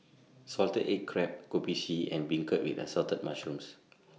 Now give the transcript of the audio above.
Salted Egg Crab Kopi C and Beancurd with Assorted Mushrooms